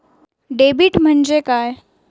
Debit म्हणजे काय?